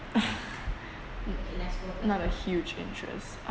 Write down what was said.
not a huge interest